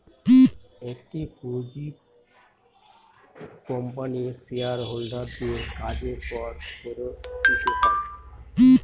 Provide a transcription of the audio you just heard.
একটি পুঁজি কোম্পানির শেয়ার হোল্ডার দের কাজের পর ফেরত দিতে হয়